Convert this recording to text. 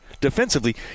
defensively